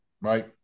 right